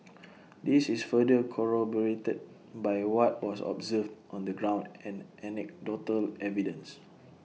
this is further corroborated by what was observed on the ground and anecdotal evidence